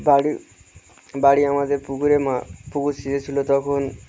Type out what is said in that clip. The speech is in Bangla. বাড়ি বাড়ি আমাদের পুকুরে মা পুকুর ছেঁচেছিল তখন